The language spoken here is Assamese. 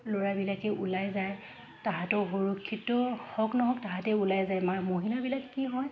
ল'ৰাবিলাকে ওলাই যায় সিহঁতৰ সুৰক্ষিত হওক নহওক সিহঁতে ওলাই যায় মা মহিলাবিলাক কি হয়